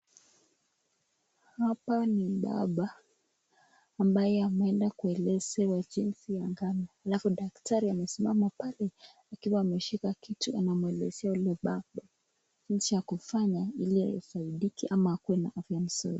Hapa ni baba ambaye ameenda kuelezewa jinsi ya [] halafu daktari amesimama pale akiwa ameshika kitu ili kuelezea yule baba jinsi ya kufanya ili asaidike ama akuwe na afya nzuri.